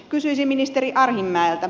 kysyisin ministeri arhinmäeltä